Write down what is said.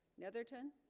netherton